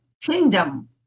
kingdom